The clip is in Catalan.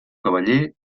cavaller